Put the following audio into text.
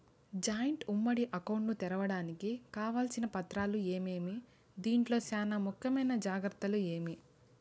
Joint ఉమ్మడి account ను తెరవడానికి కావాల్సిన పత్రాలు ఏమేమి? దీంట్లో చానా ముఖ్యమైన జాగ్రత్తలు ఏమి?